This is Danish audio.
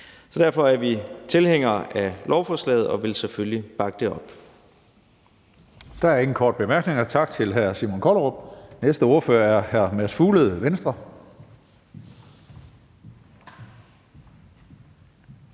Så derfor er vi tilhængere af lovforslaget og vil vi selvfølgelig bakke det op. Kl. 19:15 Tredje næstformand (Karsten Hønge): Der er ingen korte bemærkninger. Tak til hr. Simon Kollerup. Næste ordfører er hr. Mads Fuglede, Venstre.